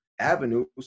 avenues